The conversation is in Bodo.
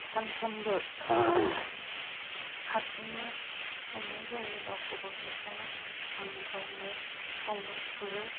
सानफ्रोमबो हारसिंनो संनाय जायो रावबोखौबो मोनखाया आं गावनो सङो खुरो